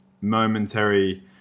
momentary